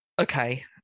okay